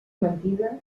mentida